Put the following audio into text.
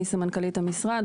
אני סמנכ"לית המשרד,